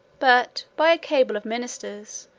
but, by a cabal of ministers,